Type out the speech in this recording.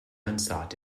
unsought